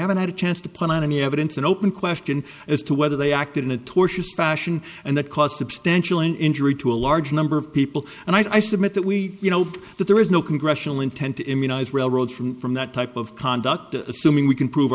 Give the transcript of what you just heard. haven't had a chance to put on any evidence an open question as to whether they acted in a tortious fashion and that caused the potential an injury to a large number of people and i submit that we you know that there is no congressional intent to immunize railroad from from that type of conduct assuming we can prove